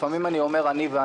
לפעמים אני אומר "אני".